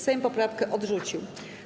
Sejm poprawkę odrzucił.